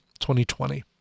2020